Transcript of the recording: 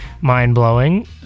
mind-blowing